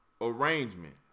arrangement